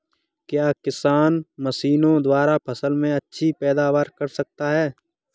क्या किसान मशीनों द्वारा फसल में अच्छी पैदावार कर सकता है?